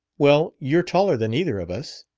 well, you're taller than either of us.